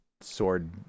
sword